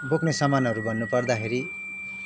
बोक्ने समानहरू भन्न पर्दाखेरि